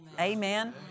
Amen